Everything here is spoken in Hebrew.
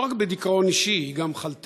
לא רק בדיכאון אישי, כי היא גם חלתה,